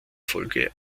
folge